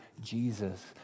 Jesus